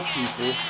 people